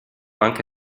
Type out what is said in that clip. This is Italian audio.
anche